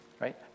right